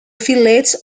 village